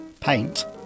Paint